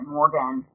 Morgan